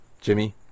Jimmy